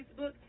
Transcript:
Facebook